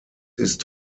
ist